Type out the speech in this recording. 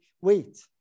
wait